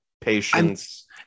patience